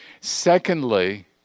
secondly